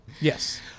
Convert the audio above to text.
Yes